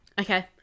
Okay